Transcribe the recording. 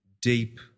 deep